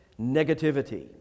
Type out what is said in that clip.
negativity